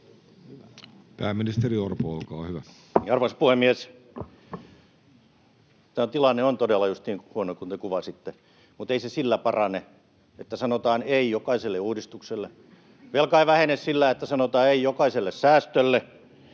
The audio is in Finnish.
Pääministeri Orpo, olkaa hyvä. Arvoisa puhemies! Tämä tilanne on todella just niin huono kuin te kuvasitte, mutta ei se sillä parane, että sanotaan ”ei” jokaiselle uudistukselle. Velka ei vähene sillä, että sanotaan ”ei” jokaiselle säästölle,